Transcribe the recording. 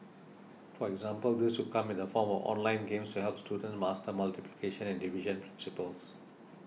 for example this could come in the form of online games to help students master multiplication and division principles